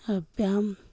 ᱟᱨ ᱵᱮᱭᱟᱢ